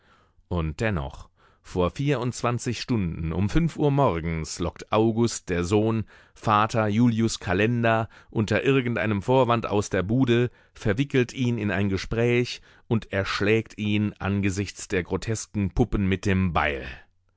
und dennoch vor vierundzwanzig stunden um fünf uhr morgens lockt august der sohn vater julius kalender unter irgend einem vorwand aus der bude verwickelt ihn in ein gespräch und erschlägt ihn angesichts der grotesken puppen mit dem beil